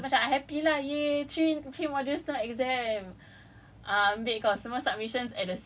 uh non exam modules and two exams pastu I macam happy lah !yay! three three modules no exam